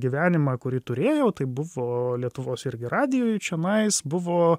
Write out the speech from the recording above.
gyvenimą kurį turėjau tai buvo lietuvos irgi radijuj čianais buvo